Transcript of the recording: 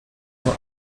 nur